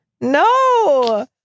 No